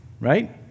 Right